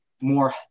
more